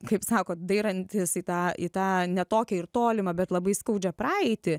kaip sako dairantis į tą į tą ne tokia ir tolimą bet labai skaudžią praeitį